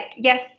yes